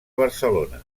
barcelona